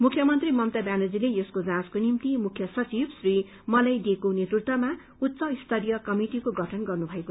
मुख्यमन्त्री ममता ब्यानर्जीले यसको जाँचको निमित मुख्य सचिव श्र मलय डेको नेतृत्वमा उच्च स्तरीय कमिटिको गठन गर्नुभयो